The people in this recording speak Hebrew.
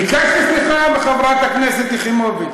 ביקשתי סליחה מחברת הכנסת יחימוביץ.